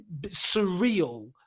surreal